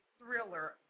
Thriller